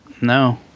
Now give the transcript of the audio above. no